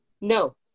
No